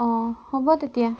অঁ হ'ব তেতিয়া